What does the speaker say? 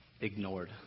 ignored